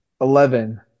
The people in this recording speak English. Eleven